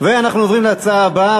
אנחנו עוברים להצעה הבאה,